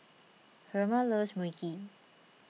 Herma loves Mui Kee